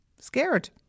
scared